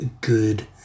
Good